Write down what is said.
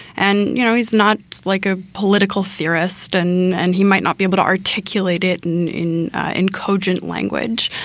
and, you know, he's not like a political theorist. and and he might not be able to articulate it in in an cogent language,